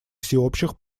всеобщих